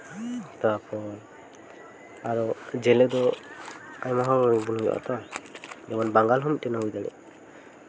ᱛᱟᱨᱯᱚᱨ ᱟᱨᱚ ᱡᱮᱞᱮ ᱫᱚ ᱟᱭᱢᱟ ᱦᱚᱲ ᱵᱚᱱ ᱦᱩᱭᱩᱜ ᱟᱛᱚ ᱡᱮᱢᱚᱱ ᱵᱟᱝᱜᱟᱞ ᱢᱤᱫᱴᱮᱱ ᱮᱢ ᱦᱩᱭ ᱫᱟᱲᱮᱭᱟᱜᱼᱟ